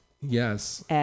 Yes